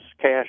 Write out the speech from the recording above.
cash